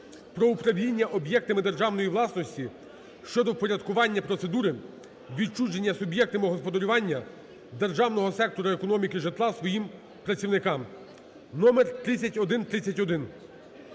"Про управління об'єктами державної власності" щодо впорядкування процедури відчуження суб'єктами господарювання державного сектору економіки житла своїм працівникам (№ 3131).